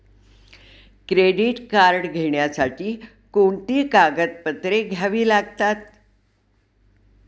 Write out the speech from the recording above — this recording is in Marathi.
क्रेडिट कार्ड घेण्यासाठी कोणती कागदपत्रे घ्यावी लागतात?